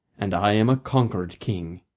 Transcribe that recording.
and i am a conquered king.